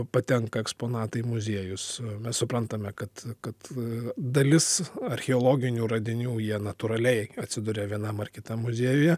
patenka eksponatai į muziejus mes suprantame kad kad dalis archeologinių radinių jie natūraliai atsiduria vienam ar kitam muziejuje